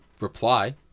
reply